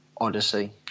Odyssey